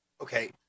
okay